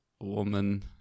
woman